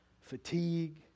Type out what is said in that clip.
fatigue